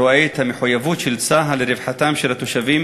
רואים את המחויבות של צה"ל לרווחתם של התושבים